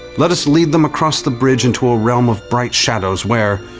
let us lead them across the bridge into a realm of bright shadows where,